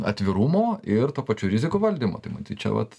atvirumo ir tuo pačiu rizikų valdymo tai matyt čia vat